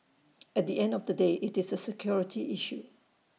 at the end of the day IT is A security issue